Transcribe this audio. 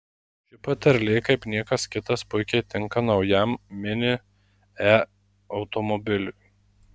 ši patarlė kaip niekas kitas puikiai tinka naujam mini e automobiliui